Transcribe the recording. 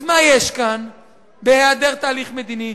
אז מה יש בהיעדר תהליך מדיני?